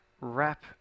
wrap